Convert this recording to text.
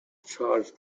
charged